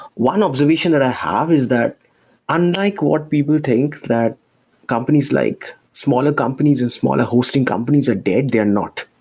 one observation that i have is that unlike what people think that companies like smaller companies and smaller hosting companies are dead, they are not.